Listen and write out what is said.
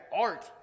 art